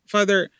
Father